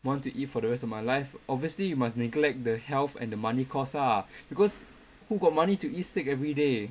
want to eat for the rest of my life obviously you must neglect the health and the money cost ah because who got money to eat steak everyday